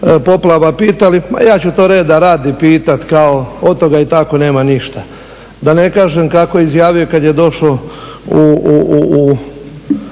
poplava pitali ma ja ću to reda radi pitati, kao od toga i tako nema ništa. Da ne kažem kako je izjavio kad je došao u